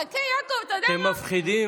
חכה, יעקב, אתה יודע מה?